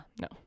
no